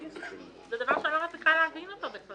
זה דבר שאני לא מצליחה להבין אותו.